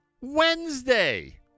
Wednesday